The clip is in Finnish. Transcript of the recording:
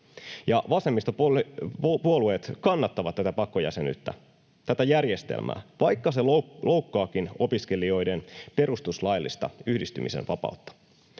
Vasemmistopuolueet kannattavat tätä pakkojäsenyyttä, tätä järjestelmää, vaikka se loukkaakin opiskelijoiden perustuslaillista yhdistymisen vapautta.